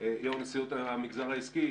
יושב ראש נשיאות המגזר העסקי.